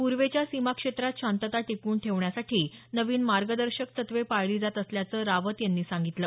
पूर्वेच्या सीमा क्षेत्रात शांतता टिकवून ठेवण्यासाठी नवीन मार्गदर्शन तत्वे पाळली जात असल्याचं रावत यांनी सांगितलं